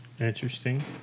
Interesting